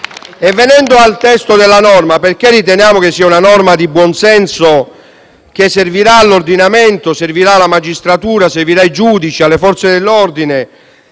Venendo al testo della norma, riteniamo che sia una norma di buon senso che servirà all'ordinamento, alla magistratura, ai giudici e alle Forze dell'ordine,